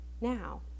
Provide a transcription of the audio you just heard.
now